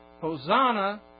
Hosanna